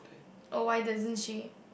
oh I don't share